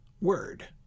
word